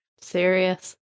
Serious